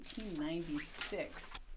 1896